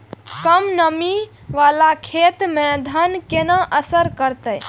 कम नमी वाला खेत में धान केना असर करते?